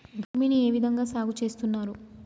భూమిని ఏ విధంగా సాగు చేస్తున్నారు?